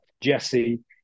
Jesse